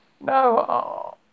No